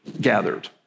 gathered